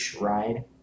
ride